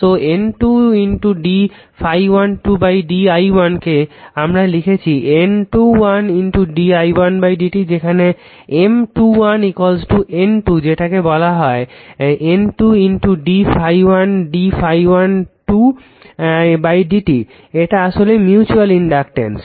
তো N 2 d ∅1 2 d i1 কে আমরা লিখছি N21 d i1 dt যেখানে M21 N2 যেটাকে বলা যায় N 2 d ∅1 d ∅1 2 d i1 এটা আসলে মিউচুয়াল ইনডাকটেন্স